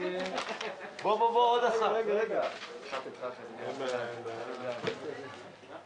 כבר בירכתי אותך באופן אישי.